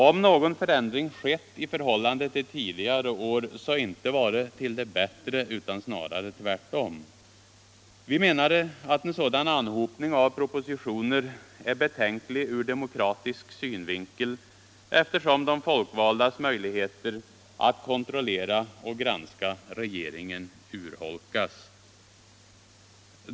Om någon förändring skett i förhållande till tidigare år, så inte har det blivit till det bättre, utan snarare tvärtom: Vi menar att en sådan anhopning av propositioner är betänklig ur demokratisk synvinkel, eftersom de folkvaldas möjligheter att kontrollera och granska regeringen urholkas.